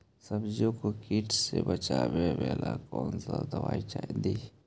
सब्जियों को किट से बचाबेला कौन सा दबाई दीए?